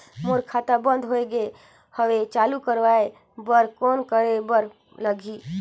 मोर खाता बंद हो गे हवय चालू कराय बर कौन करे बर लगही?